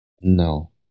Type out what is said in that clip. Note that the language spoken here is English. no